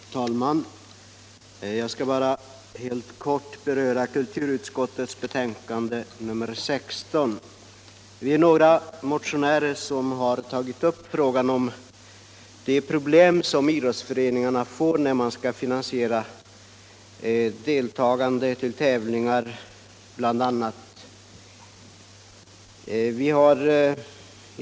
Herr talman! Jag skall helt kort beröra kulturutskottets betänkande nr 16. Vi är några motionärer som har tagit upp de problem som idrottsföreningarna får när de skall finansiera bl.a. deltagandet i tävlingar.